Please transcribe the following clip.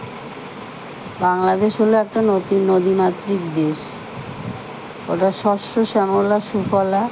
বাংলাদেশ হলো একটা নতুন নদীমাতৃক দেশ ওটা শস্য শ্যামলা সুফলা